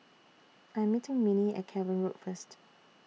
I'm meeting Minnie At Cavan Road First